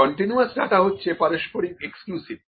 continuous data হচ্ছে পারস্পরিক exclusive